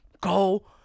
Go